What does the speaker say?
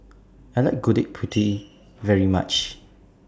I like Gudeg Putih very much